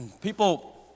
people